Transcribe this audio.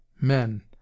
Men